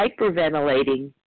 hyperventilating